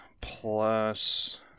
plus